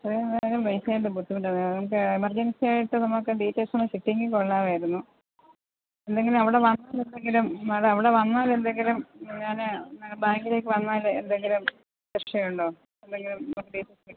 എത്രയും വേഗം പൈസയുടെ ബുദ്ധിമുട്ടായിരുന്നു എമർജൻസിയായിട്ട് നമുക്ക് ഡീറ്റെയിൽസ് ഒന്ന് കിട്ടിയെങ്കിൽ കൊള്ളാമായിരുന്നു എന്തെങ്കിലും അവിടെ വന്നാൽ എന്തെങ്കിലും മാഡം അവിടെ വന്നാൽ എന്തെങ്കിലും ഞാൻ ബാങ്കിലേക്ക് വന്നാൽ എന്തെങ്കിലും രക്ഷയുണ്ടോ എന്തെങ്കിലും നോക്കീട്ട് കിട്ടുമോ